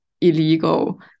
illegal